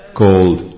called